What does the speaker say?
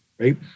right